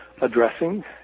addressing